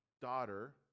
daughter